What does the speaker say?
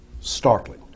startling